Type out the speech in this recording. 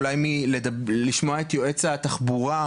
אולי לשמוע את יועץ התחבורה,